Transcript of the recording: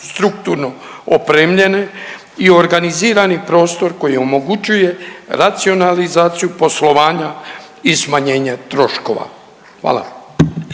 infrastrukturno opremljene i organizirani prostor koji omogućuje racionalizaciju poslovanja i smanjenje troškova. Hvala.